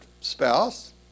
spouse